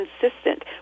consistent